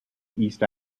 east